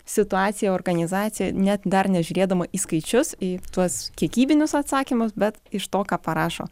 situaciją organizaciją net dar nežiūrėdama į skaičius į tuos kiekybinius atsakymus bet iš to ką parašo